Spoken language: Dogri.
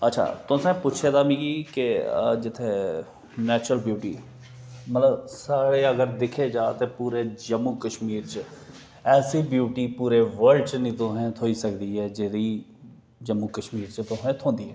अच्छा तुसें पुच्छे दा मिगी जित्थै नेचरल ब्यूटी मतलब साढ़े अगर दिक्खेआ जा ते पूरे जम्मू कश्मीर च ऐसे ब्यूटी पूरे वर्लड च नेईं तुसें थ्होई सकदी ऐ जेह्ड़ी जम्मू कशमीर च तुसें गी थ्होंदी ऐ